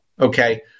okay